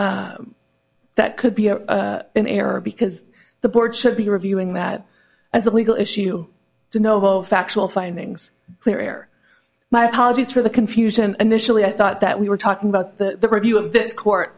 be that could be an error because the board should be reviewing that as a legal issue to novo factual findings clear air my apologies for the confusion initially i thought that we were talking about the review of this court